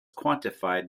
quantified